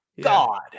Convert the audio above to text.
god